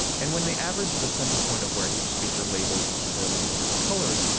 and when they averaged the centerpoint of where each speaker labeled each of their language's colors,